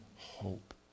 hope